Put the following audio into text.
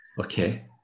Okay